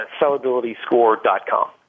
sellabilityscore.com